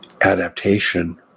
adaptation